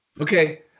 okay